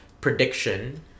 prediction